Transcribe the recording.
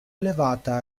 elevata